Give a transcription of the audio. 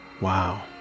Wow